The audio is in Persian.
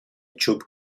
چوب